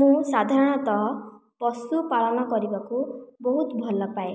ମୁଁ ସାଧାରଣତଃ ପଶୁପାଳନ କରିବାକୁ ବହୁତ ଭଲପାଏ